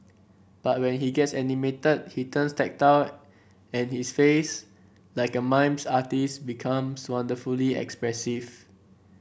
but when he gets animated he turns tactile and his face like a mimes artist's becomes wonderfully expressive